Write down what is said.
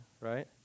right